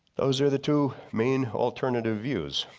those are the two main alternative views.